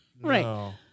Right